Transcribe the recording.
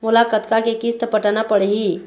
मोला कतका के किस्त पटाना पड़ही?